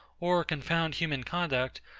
or confound human conduct,